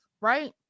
right